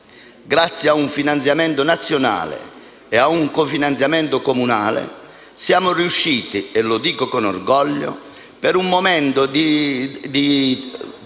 Grazie a un finanziamento nazionale e a un cofinanziamento comunale, siamo riusciti, e lo dico con orgoglio, pur in un momento di